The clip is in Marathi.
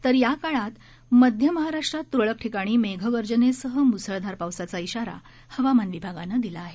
तर या काळात मध्य महाराष्ट्रात तुरळक ठिकाणी मेघगर्जनेसह मुसळधार पावसाचा शिवारा हवामान विभागानं दिला आहे